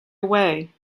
away